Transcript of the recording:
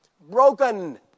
Broken